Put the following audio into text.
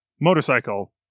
motorcycle